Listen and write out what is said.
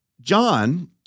John